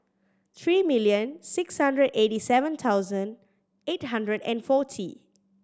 three million six hundred eighty seven thousand eight hundred and forty